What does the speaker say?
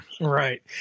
Right